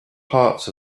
hearts